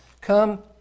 come